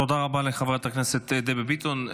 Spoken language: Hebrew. תודה רבה לחברת הכנסת דבי ביטון.